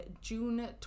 June